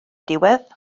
diwedd